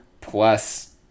plus